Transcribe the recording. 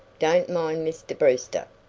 don't mind mr. brewster.